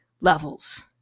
levels